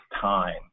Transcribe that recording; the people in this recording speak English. time